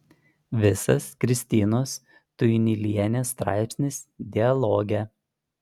visas kristinos tuinylienės straipsnis dialoge